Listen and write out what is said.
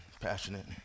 passionate